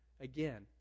Again